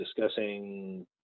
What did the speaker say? discussing